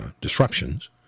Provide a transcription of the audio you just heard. disruptions